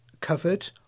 covered